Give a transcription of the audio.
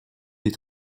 des